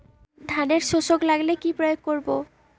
ধানের শোষক লাগলে কি প্রয়োগ করব?